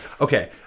okay